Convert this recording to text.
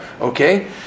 okay